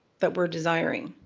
but we're desiring.